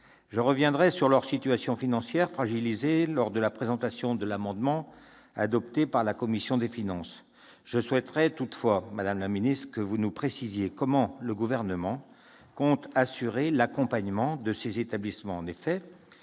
Je reviendrai sur leur situation financière fragilisée lors de la présentation de l'amendement adopté par la commission des finances. Je souhaiterais toutefois, madame la ministre, que vous nous précisiez comment le Gouvernement compte assurer l'accompagnement de ces établissements.